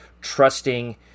trusting